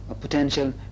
potential